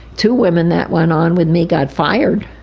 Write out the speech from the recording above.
two women that went on with me got fired.